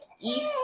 east